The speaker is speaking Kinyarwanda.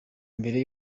mbere